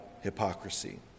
hypocrisy